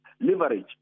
Leverage